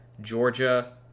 Georgia